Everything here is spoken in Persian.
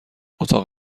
اتاق